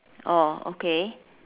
oh okay